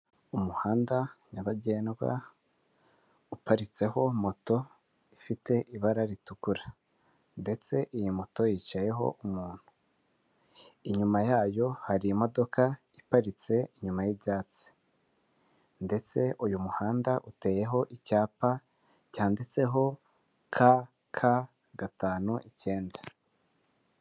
Umuhanda nyabagendwa uparitseho moto ifite ibara ritukura, ndetse iyi moto yicayeho umuntu inyuma yayo hari imodoka iparitse inyuma y'ibyatsi, ndetse uyu muhanda uteyeho icyapa cyanditseho kaka gatanu icyenda.